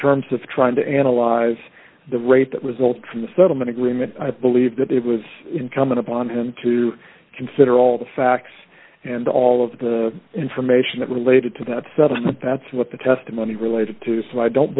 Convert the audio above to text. terms of trying to analyze the rate that result from the settlement agreement i believe that it was incumbent upon him to consider all the facts and all of the information that related to that settlement that's what the testimony related to so i don't